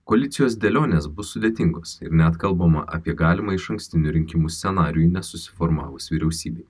koalicijos dėlionės bus sudėtingos ir net kalbama apie galimą išankstinių rinkimų scenarijų nesusiformavus vyriausybei